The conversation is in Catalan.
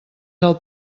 del